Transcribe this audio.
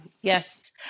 Yes